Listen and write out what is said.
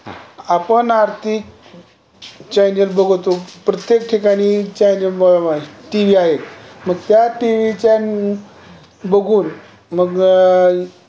आपण आर्थिक चॅनल बघतो प्रत्येक ठिकाणी चॅनल टी व्ही आहे मग त्या टी व्ही चॅन बघून मग